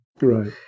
Right